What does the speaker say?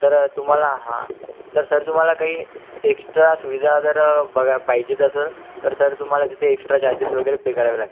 तर तुम्हाला हा तर सर तुम्हाला काही एक्स्ट्रा सुविधा जर बघा पाहिजेच असेल तर सर तुम्हाला तिथे एक्स्ट्रा चार्जेस वगैरे पे करावे लागतील